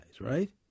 right